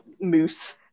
moose